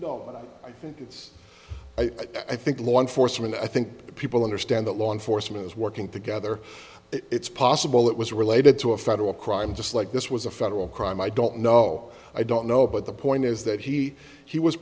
no i think it's i think law enforcement i think people understand that law enforcement is working together it's possible it was related to a federal crime just like this was a federal crime i don't know i don't know but the point is that he he was